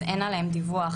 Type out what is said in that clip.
אז אין עליהן דיווח,